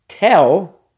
tell